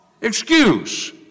Excuse